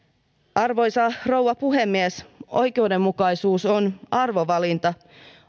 arvoisa rouva puhemies oikeudenmukaisuus on arvovalinta